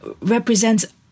represents